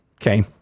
okay